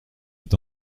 est